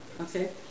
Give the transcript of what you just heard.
okay